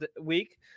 week